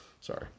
sorry